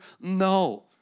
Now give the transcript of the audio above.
No